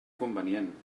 convenient